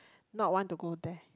not want to go there